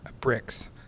bricks